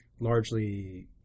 largely